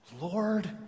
Lord